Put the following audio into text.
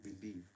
believe